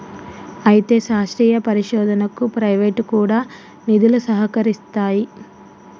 అయితే శాస్త్రీయ పరిశోధనకు ప్రైవేటు కూడా నిధులు సహకరిస్తాయి